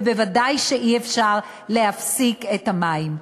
ובוודאי שאי-אפשר להפסיק את המים.